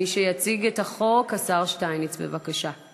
מי שיציג את החוק, השר שטייניץ, בבקשה.